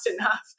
enough